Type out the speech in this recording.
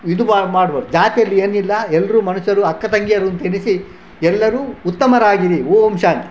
ಇದು ಮಾಡಬಾರ್ದು ಜಾತಿಯಲ್ಲಿ ಏನಿಲ್ಲ ಎಲ್ಲರೂ ಮನುಷ್ಯರು ಅಕ್ಕ ತಂಗಿಯರು ಅಂತೆಣಿಸಿ ಎಲ್ಲರೂ ಉತ್ತಮರಾಗಿರಿ ಓಂ ಶಾಂತಿ